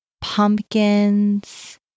pumpkins